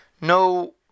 No